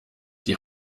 die